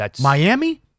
Miami